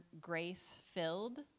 grace-filled